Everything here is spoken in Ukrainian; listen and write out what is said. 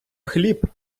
хліб